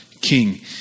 king